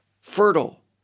fertile